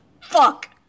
Fuck